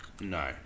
No